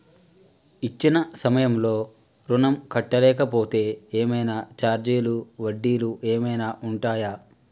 ఇచ్చిన సమయంలో ఋణం కట్టలేకపోతే ఏమైనా ఛార్జీలు వడ్డీలు ఏమైనా ఉంటయా?